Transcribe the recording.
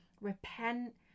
Repent